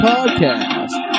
Podcast